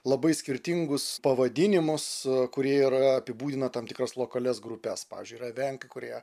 labai skirtingus pavadinimus kurie ir apibūdina tam tikras lokalias grupes pavysdžiui yra evenkai kurie